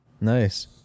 Nice